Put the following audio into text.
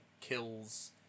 kills